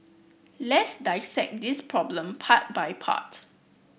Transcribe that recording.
let's dissect this problem part by part